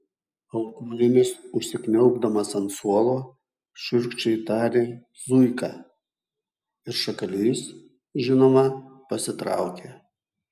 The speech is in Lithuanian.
alkūnėmis užsikniaubdamas ant suolo šiurkščiai tarė zuika ir šakalys žinoma pasitraukė